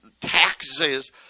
taxes